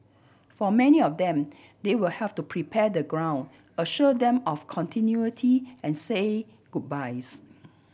for many of them they will have to prepare the ground assure them of continuity and say goodbyes